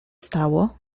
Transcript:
stało